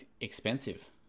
expensive